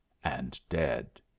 and dead.